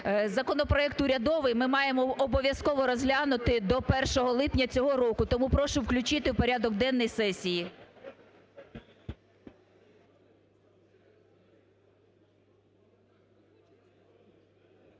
Законопроект урядовий, ми маємо обов'язково розглянути до 1 липня цього року. Тому прошу включити в порядок денний сесії.